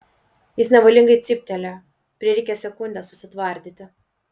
jis nevalingai cyptelėjo prireikė sekundės susitvardyti